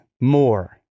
more